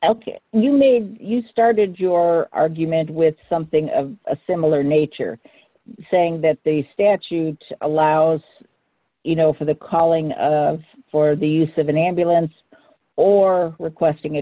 spain you need you started your argument with something of a similar nature saying that the statute allows you know for the calling for the use of an ambulance or with questing